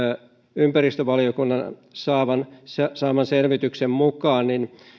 ympäristövaliokunnan saaman selvityksen mukaan